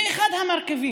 זה אחד המרכיבים.